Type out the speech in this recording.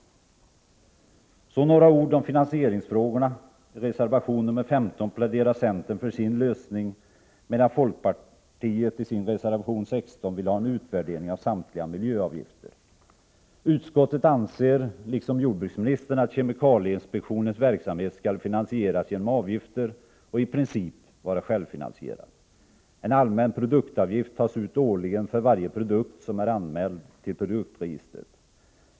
Så några ord om finansieringsfrågorna. I reservation nr 15 pläderar centerpartiet för sin lösning, medan folkpartiet i sin reservation nr 16 vill ha en utvärdering av samtliga miljöavgifter. Utskottet anser liksom jordbruksministern att kemikalieinspektionens verksamhet skall finansieras genom avgifter och i princip vara självfinansierad. En allmän produktavgift tas ut årligen för varje produkt som är anmäld till produktregistret.